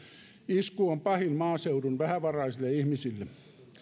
isku on pahin maaseudun vähävaraisille ihmisille